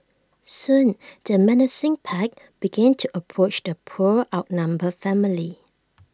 soon the menacing pack began to approach the poor outnumbered family